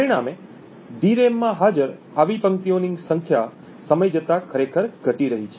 પરિણામે ડીરેમ માં હાજર આવી પંક્તિઓની સંખ્યા સમય જતાં ખરેખર ઘટી રહી હતી